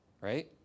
right